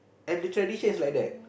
and literally says like that